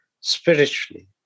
spiritually